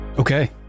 Okay